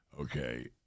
okay